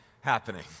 happening